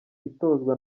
itozwa